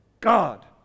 God